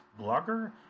blogger